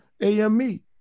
AME